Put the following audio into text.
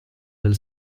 del